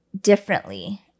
differently